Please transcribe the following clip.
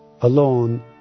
alone